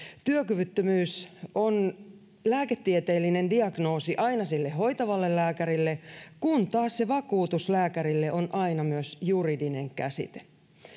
työkyvyttömyys on lääketieteellinen diagnoosi aina sille hoitavalle lääkärille kun taas vakuutuslääkärille se on aina myös juridinen käsite